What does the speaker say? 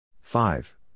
Five